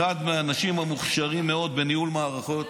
אחד מהאנשים המוכשרים מאוד בניהול מערכות,